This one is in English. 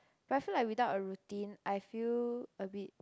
but I feel like without a routine I feel a bit